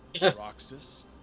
Roxas